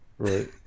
Right